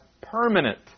permanent